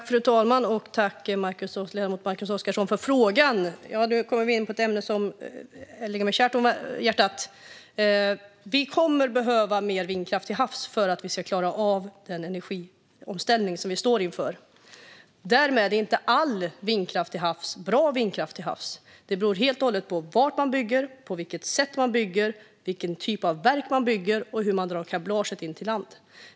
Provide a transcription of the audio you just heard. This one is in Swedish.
Fru talman! Jag tackar ledamoten Magnus Oscarsson för frågan. Nu kommer vi in på ett ämne som ligger mig varmt om hjärtat. Det kommer att behövas mer vindkraft till havs för att det ska gå att klara energiomställningen. Därmed inte sagt att all vindkraft till havs är bra vindkraft. Det beror helt och hållet på var man bygger, på vilket sätt man bygger, vilken typ av verk man bygger och hur man drar kablaget in till land.